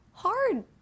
Hard